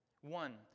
One